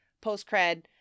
post-cred